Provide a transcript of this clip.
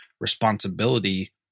responsibility